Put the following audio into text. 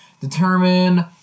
determine